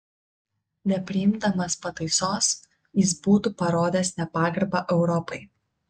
nepriimdamas pataisos jis būtų parodęs nepagarbą europai